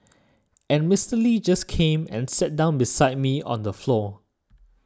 and Mister Lee just came and sat down beside me on the floor